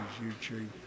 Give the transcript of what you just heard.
YouTube